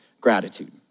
gratitude